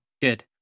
good